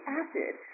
acid